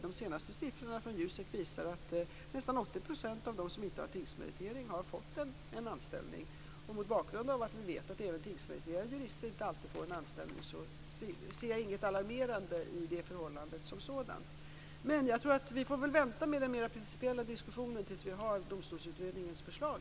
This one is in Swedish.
De senaste siffrorna från JUSEK visar att nästan 80 % av dem som inte har tingsmeritering har fått en anställning. Mot bakgrund av att vi vet att tingsmeriterade jurister inte alltid får en anställning ser jag inget alarmerande i det förhållandet som sådant. Vi får väl vänta med den mera principiella diskussionen tills vi har Domstolsutredningens förslag.